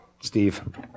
Steve